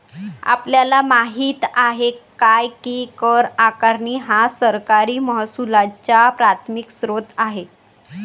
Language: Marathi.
आपल्याला माहित आहे काय की कर आकारणी हा सरकारी महसुलाचा प्राथमिक स्त्रोत आहे